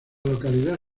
localidad